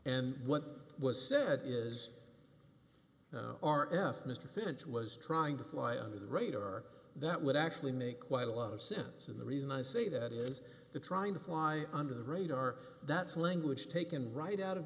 and what was said is r f mr finch was trying to fly under the radar that would actually make quite a lot of sense and the reason i say that is the trying to fly under the radar that's language taken right out of